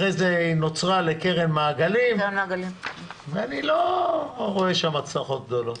אחרי זה נוצרה לקרן מעגלים ואני לא רואה שם הצלחות גדולות.